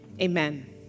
Amen